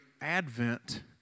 Advent